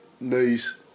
Knees